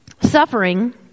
suffering